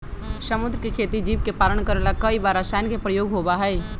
समुद्र के खेती जीव के पालन करे ला कई बार रसायन के प्रयोग होबा हई